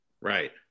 Right